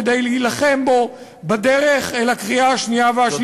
כדי להילחם בו בדרך אל הקריאה השנייה והשלישית,